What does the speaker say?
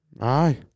Aye